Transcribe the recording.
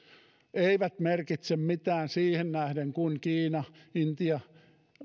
eivät merkitse mitään siihen nähden että kiina intia